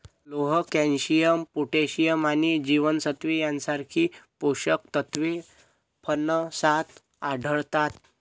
लोह, calcium, potassium आणि जीवनसत्त्वे यांसारखी पोषक तत्वे फणसात आढळतात